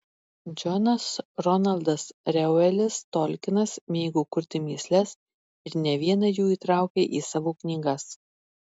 džonas ronaldas reuelis tolkinas mėgo kurti mįsles ir ne vieną jų įtraukė į savo knygas